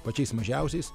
pačiais mažiausiais